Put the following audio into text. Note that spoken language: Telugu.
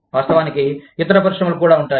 వాస్తవానికి ఇతర పరిశ్రమలు కూడా ఉంటాయి